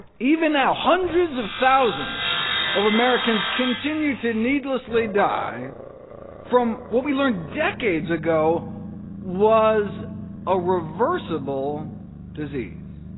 even now, hundreds of thousands of americans continue to needlessly die from what we learned decades ago was a reversible disease.